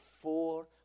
four